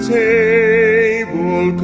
table